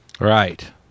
Right